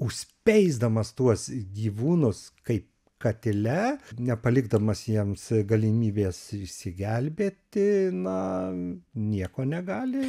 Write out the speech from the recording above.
užspeisdamas tuos gyvūnus kaip katile nepalikdamas jiems galimybės išsigelbėti na nieko negali